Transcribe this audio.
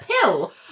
pill